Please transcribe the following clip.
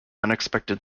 unexpected